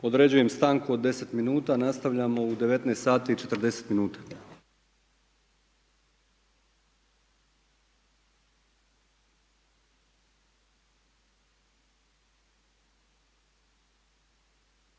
Određujem stanku od 10 minuta, nastavljamo u 19 sati i 40 minuta.